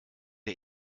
der